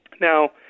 Now